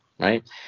right